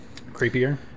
Creepier